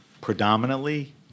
predominantly